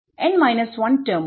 n 1 ടെർമുകൾ